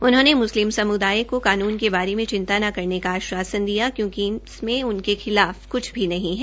उन्होंने मुस्लिम समुदाय को कानून के बारे चिंता न करने का आशवासन दिया क्योंकि इसमें उनके खिलाफ क्छ भी नहीं है